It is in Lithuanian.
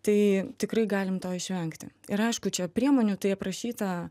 tai tikrai galim to išvengti ir aišku čia priemonių tai aprašyta